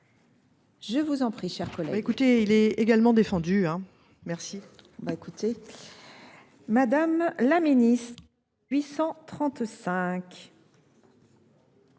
Je vous en prie, mon cher collègue.